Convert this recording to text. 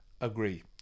agree